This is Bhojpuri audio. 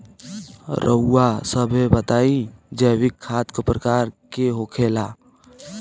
रउआ सभे बताई जैविक खाद क प्रकार के होखेला?